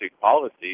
policies